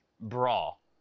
brawl